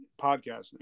podcasting